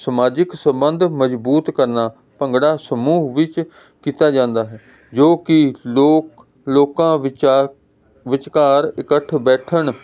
ਸਮਾਜਿਕ ਸੰਬੰਧ ਮਜ਼ਬੂਤ ਕਰਨਾ ਭੰਗੜਾ ਸਮੂਹ ਵਿੱਚ ਕੀਤਾ ਜਾਂਦਾ ਹੈ ਜੋ ਕਿ ਲੋਕ ਲੋਕਾਂ ਵਿਚਾਰ ਵਿਚਕਾਰ ਇਕੱਠੇ ਬੈਠਣ